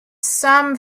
some